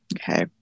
Okay